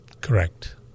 correct